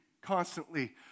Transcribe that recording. constantly